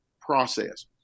process